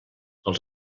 els